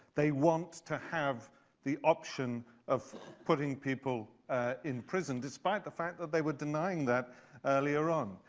they want to have the option of putting people in prison, despite the fact that they were denying that earlier on.